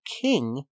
king